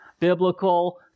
biblical